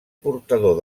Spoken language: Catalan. portador